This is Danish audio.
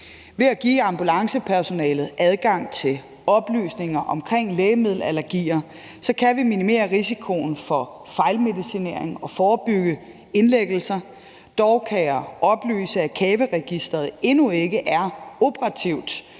Ved at give ambulancepersonalet adgang til oplysninger omkring lægemiddelallergier, kan vi minimere risikoen for fejlmedicinering og forebygge indlæggelser. Dog kan jeg oplyse, at CAVE-registeret endnu ikke er operativt